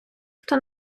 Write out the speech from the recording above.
хто